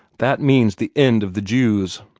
that means the end of the jews!